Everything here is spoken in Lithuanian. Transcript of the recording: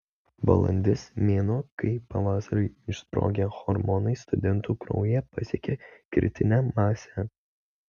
balandis mėnuo kai pavasarį išsprogę hormonai studentų kraujyje pasiekia kritinę masę